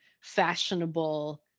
fashionable